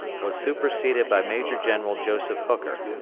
was superseded by major-general joseph hooker,